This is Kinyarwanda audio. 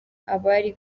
abari